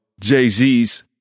Jay-Z's